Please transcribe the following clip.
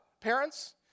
Parents